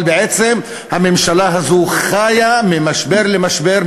אבל בעצם הממשלה הזאת חיה ממשבר למשבר,